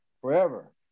forever